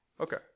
Okay